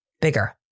Bigger